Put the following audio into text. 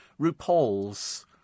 RuPaul's